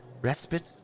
respite